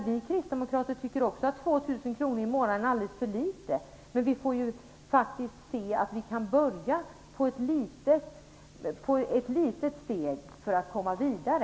Vi kristdemokrater tycker också att 2 000 kr i månaden är alldeles för litet. Men vi måste börja med att ta ett litet steg för att komma vidare.